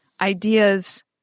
ideas